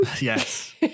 yes